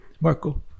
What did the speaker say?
Marco